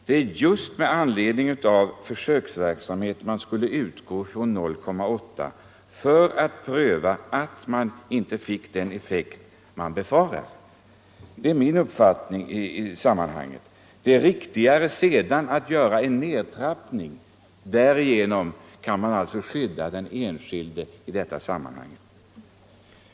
Det är just med anledning av försöksverksamheten man skulle utgå från 0,8 promille för att pröva att man inte fick den effekt man befarar. Det är min uppfattning i sammanhanget. Det är riktigare att sedan göra en nedtrappning. Därigenom kan man skydda den enskilde i detta sammanhang.